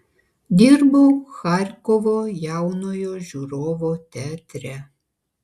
dirbau charkovo jaunojo žiūrovo teatre